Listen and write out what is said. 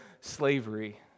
slavery